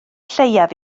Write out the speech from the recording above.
lleiaf